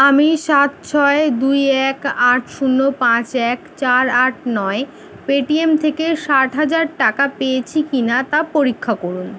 আমি সাত ছয় দুই এক আট শূন্য পাঁচ এক চার আট নয় পেটিএম থেকে ষাট হাজার টাকা পেয়েছি কিনা তা পরীক্ষা করুন